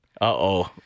Uh-oh